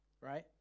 right